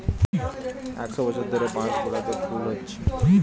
একশ বছর ধরে বাঁশ গাছগুলোতে ফুল হচ্ছে